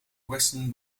western